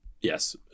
Yes